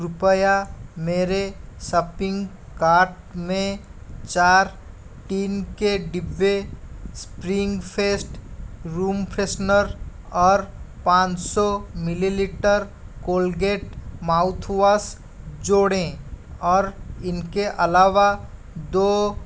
कृपया मेरे shopping cart में चार टिन के डिब्बे स्प्रिंग फेस्ट रूम फ्रेशनर और पाँच सौ मिलीलीटर कोलगेट माउथवॉश जोड़े और इनके अलावा दो